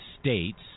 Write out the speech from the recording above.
States